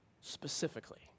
specifically